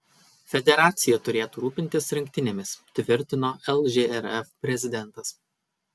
federacija turėtų rūpintis rinktinėmis tvirtino lžrf prezidentas